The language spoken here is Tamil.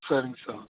சரிங்க சார்